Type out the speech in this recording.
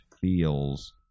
feels